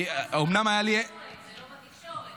אומנם היה לי, רק הפעם זה לא בתקשורת.